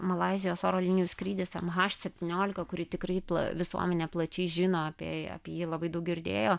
malaizijos oro linijų skrydis haš septyniolika kurį tikrai visuomenė plačiai žino apie apie jį labai daug girdėjo